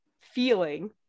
feeling